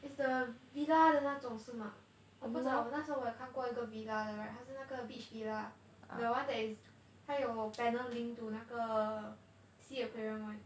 is the villa 的那种是 mah 我不知道我那时候我有看过一个 villa 的 right 它是那个 beach villa the one that is 还有 panel linked to 那个 sea aquarium [one]